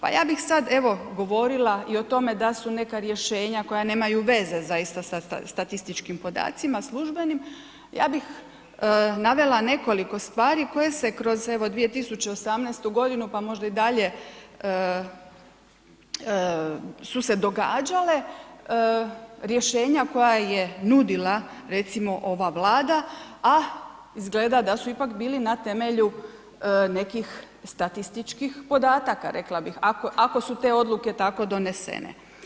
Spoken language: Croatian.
Pa ja bih sad evo govorila i o tome da su neka rješenja koja nemaju veze zaista sa statističkim podacima službenim, ja bih navela nekoliko stvari koje se kroz evo 2018. godinu, pa možda i dalje su se događale, rješenja koja je nudila recimo ova Vlada, a izgleda da su ipak bili na temelju nekih statističkih podataka rekla bih ako su te odluke tako donesene.